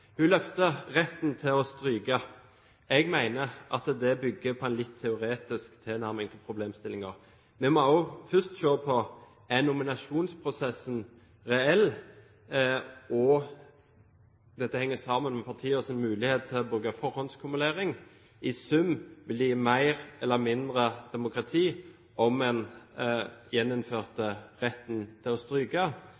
Hun løfter retten til å stryke. Jeg mener at det bygger på en litt teoretisk tilnærming til problemstillingen. Vi må først se på om nominasjonsprosessen er reell – dette henger sammen med partienes muligheter til å bruke forhåndskumulering. I sum vil det gi mer eller mindre demokrati om